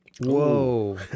Whoa